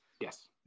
Yes